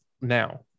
now